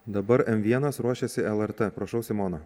dabar m vienas ruošiasi lrt prašau simona